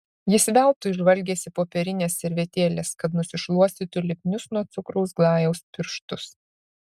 jis veltui žvalgėsi popierinės servetėlės kad nusišluostytų lipnius nuo cukraus glajaus pirštus